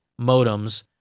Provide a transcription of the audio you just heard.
modems